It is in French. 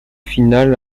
final